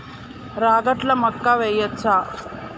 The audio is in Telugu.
రాగట్ల మక్కా వెయ్యచ్చా?